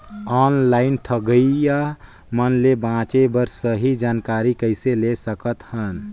Online ठगईया मन ले बांचें बर सही जानकारी कइसे ले सकत हन?